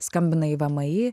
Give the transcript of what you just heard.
skambina į vmi